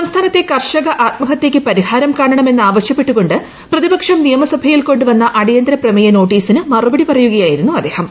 സംസ്ഥാനത്തെ കർഷക ആത്മഹതൃയ്ക്ക് പരിഹാരം കാണണമെന്ന് ആവശ്യപ്പെട്ടുകൊണ്ട് പ്രതിപക്ഷം നിയമസഭയിൽ കൊണ്ടുവന്ന അടിയന്തിര പ്രമേയ നോട്ടീസിന് മറുപടി പറയുകയായിരുന്നു അദ്ദേഹം